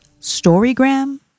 Storygram